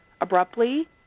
abruptly